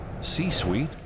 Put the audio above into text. C-Suite